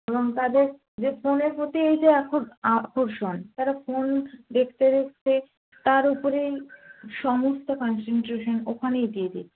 এবং তাদের যে ফোনের প্রতি এই যে এখন আকর্ষণ তারা ফোন দেখতে দেখতে তার উপরেই সমস্ত কনসেনট্রেশন ওখানেই দিয়ে দিচ্ছে